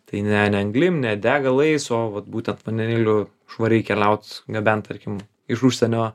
tai ne anglim ne degalais o vat būtent vandeniliu švariai keliaut gabent tarkim iš užsienio